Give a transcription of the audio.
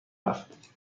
هفت